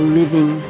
living